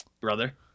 brother